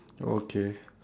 okay